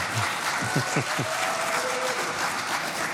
(הישיבה נפסקה בשעה